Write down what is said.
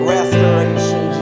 Restoration